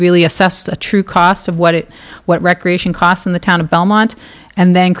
really assess the true cost of what it what recreation cost in the town of belmont and then